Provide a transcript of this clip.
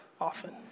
often